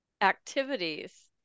activities